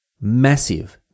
Massive